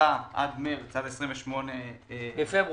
עד מארס, עד ה-28 בפברואר,